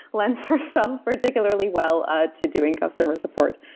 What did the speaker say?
lends herself particularly well ah to doing customer support